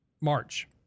March